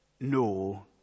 No